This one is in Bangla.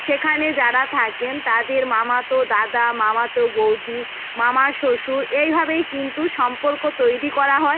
সেখানে যারা থাকেন তাদের মামাতো দাদা মামাতো বৌদি মামাশ্বশুর এইভাবেই কিন্তু সম্পর্ক তৈরি করা হয়